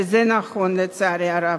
וזה נכון, לצערי הרב.